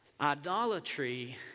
Idolatry